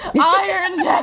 Iron